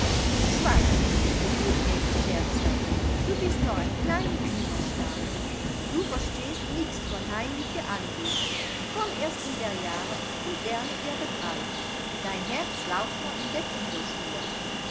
schweig gebot nellie scherzhaft du bist noch ein klein grüner schnabel du verstehst nix von heimliche anbetung komm erst in der jahre und lerne ihr begreifen dein herz lauft noch in der